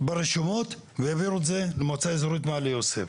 ברשומות והעבירו את זה למועצה אזורית מעלה יוסף,